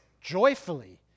joyfully